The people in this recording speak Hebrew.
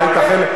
אתה היית חלק,